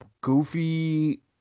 goofy